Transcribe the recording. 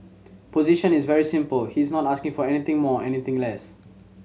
position is very simple he is not asking for anything more anything less